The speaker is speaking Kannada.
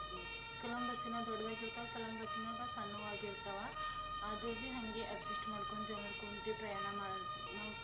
ಕೆಲ್ವೊಂದು ಬಸ್ಸಿನಾಗ ದೊಡ್ದಾಗಿರ್ತವೆ ಕೆಲವೊಂದು ಬಸ್ಸಿನಾಗ ಸಣ್ಣವಾಗಿರ್ತವ ಆದರ್ಬಿ ಹಾಗೆ ಅಡ್ಜಸ್ಟ್ ಮಾಡ್ಕೊಂಡು ಜನರು ಕೂತೆ ಪ್ರಯಾಣ ಮಾಡಿ ನಾವು